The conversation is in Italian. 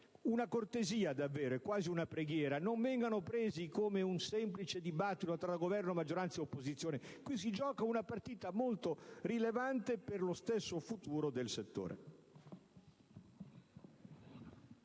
una cortesia, rivolgo quasi una preghiera, affinché non vengano presi come un semplice dibattito tra Governo, maggioranza e opposizione, perché si gioca una partita molto rilevante per lo stesso futuro del settore.